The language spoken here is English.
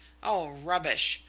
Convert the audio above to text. oh, rubbish!